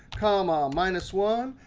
comma, minus one.